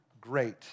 great